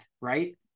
right